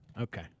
Okay